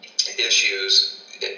issues